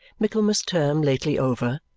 michaelmas term lately over,